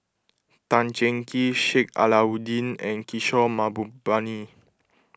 Tan Cheng Kee Sheik Alau'ddin and Kishore Mahbubani